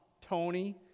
Tony